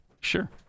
Sure